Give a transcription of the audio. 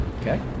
okay